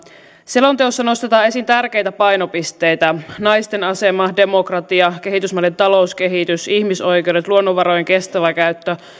selonteossa nostetaan esiin tärkeitä painopisteitä naisten asema demokratia kehitysmaiden talouskehitys ihmisoikeudet luonnonvarojen kestävä käyttö